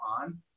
on